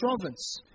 province